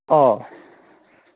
ꯑꯥꯎ